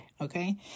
okay